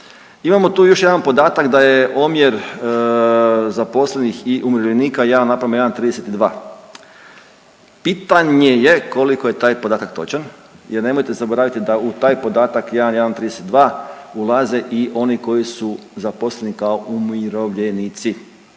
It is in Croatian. Imamo tu još jedan podatak da je omjer zaposlenih i umirovljenika 1:1,32, pitanje je koliko je taj podatak točan jer nemojte zaboraviti da u taj podatak 1:1,32 ulaze i oni koji su zaposleni kao umirovljenici,